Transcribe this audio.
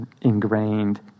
ingrained